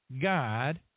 God